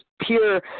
pure